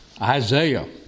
Isaiah